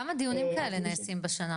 כמה דיונים כאלה נעשים בשנה?